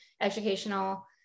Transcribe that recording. educational